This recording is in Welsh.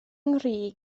nghri